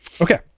Okay